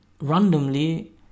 randomly